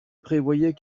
prévoyait